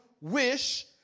wish